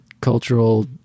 cultural